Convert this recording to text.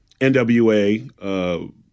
NWA